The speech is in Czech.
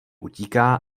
utíká